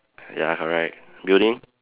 ya correct building